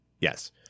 Yes